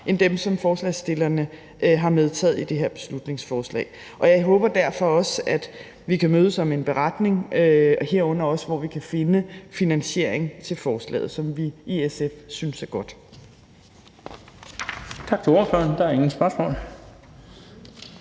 end dem, som forslagsstillerne har medtaget i det her beslutningsforslag. Jeg håber derfor også, at vi kan mødes om en beretning, herunder også, hvor vi kan finde finansiering til forslaget, som vi i SF synes er godt. Kl. 10:26 Den fg.